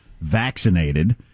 vaccinated